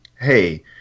hey